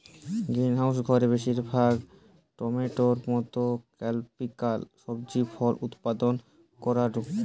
greenhouse ঘরে বেশিরভাগ টমেটোর মতো ট্রপিকাল সবজি ফল উৎপাদন করাঢু